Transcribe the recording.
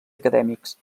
acadèmics